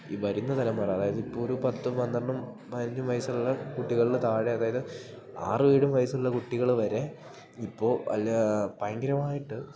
ഈ വരുന്ന തലമുറ അതായത് ഇപ്പൊ ഒരു പത്തും പന്ത്രണ്ടും പതിനഞ്ചും വയസ്സുള്ള കുട്ടികളില് താഴെ അതായത് ആറും ഏഴും വയസ്സുള്ള കുട്ടികള് വരെ ഇപ്പോ അല്ല പയങ്കരമായിട്ട്